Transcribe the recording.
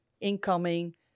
incoming